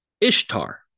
Ishtar